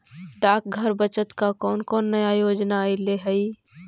डाकघर बचत का कौन कौन नया योजना अइले हई